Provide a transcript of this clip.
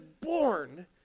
born